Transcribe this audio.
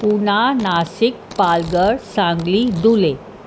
Poona Nashik Palghar Sangli Dhule